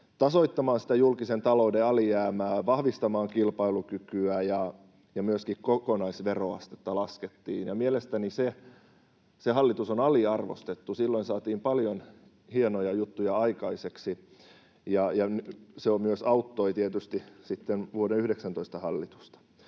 tasoittamaan sitä julkisen talouden alijäämää, vahvistamaan kilpailukykyä, ja myöskin kokonaisveroastetta laskettiin, ja mielestäni se hallitus on aliarvostettu. Silloin saatiin paljon hienoja juttuja aikaiseksi, ja se myös auttoi tietysti sitten vuoden 19 hallitusta.